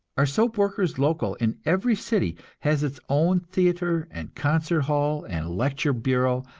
our soap workers' local in every city has its own theatre and concert hall and lecture bureau,